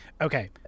Okay